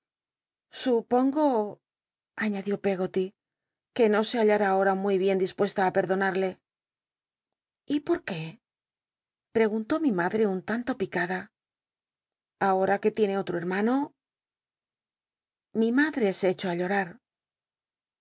supongo aiíadió pcggoty que no se hallará ahora muy bien dispuesta i perdonarle y por qué preguntó mi madre un tanto picada ahoa que tiene oto hermano iii madre se echó i llorat